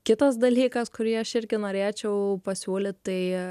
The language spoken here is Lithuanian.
kitas dalykas kurį aš irgi norėčiau pasiūlyt tai